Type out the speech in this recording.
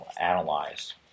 analyzed